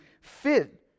fit